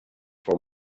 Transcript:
for